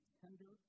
tender